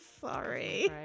sorry